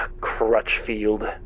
Crutchfield